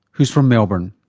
who's from melbourne.